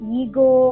ego